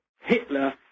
Hitler